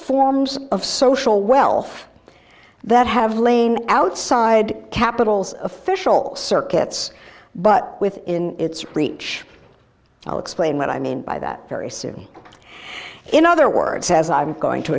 forms of social wealth that have lain outside capitals official circuits but within its reach i'll explain what i mean by that very soon in other words as i'm going to